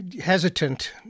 hesitant